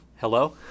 Hello